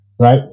Right